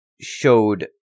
showed